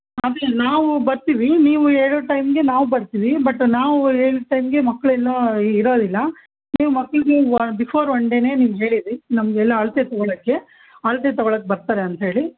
ಆಮೇಲೆ ನಾವು ಬರ್ತೀವಿ ನೀವು ಹೇಳೋ ಟೈಮ್ಗೆ ನಾವು ಬರ್ತೀವಿ ಬಟ್ ನಾವು ಹೇಳೋ ಟೈಮಿಗೆ ಮಕ್ಳು ಎಲ್ಲ ಇರೋದಿಲ್ಲ ನೀವು ಮಕ್ಕಳಿಗೆ ಬಿಫೋರ್ ಒನ್ ಡೇನೆ ನೀವು ಹೇಳಿರಿ ನಮಗೆಲ್ಲಾ ಅಳತೆ ತಗೊಳ್ಳೋಕ್ಕೆ ಅಳತೆ ತಗೊಳ್ಳೋಕ್ಕೆ ಬರ್ತಾರೆ ಅಂತೇಳಿ